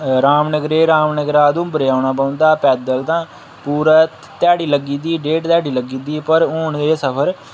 रामनगर दे रामनगरा उधमपुर औंना पौंदा पैदल तां पूरा ध्याड़ी लग्गी जंदी डेढ ध्याड़ी लगी जंदी पर हून एह् सफर